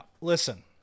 Listen